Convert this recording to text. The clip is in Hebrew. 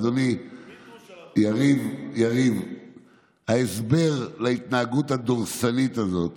אדוני, יריב, ההסבר להתנהגות הדורסנית הזאת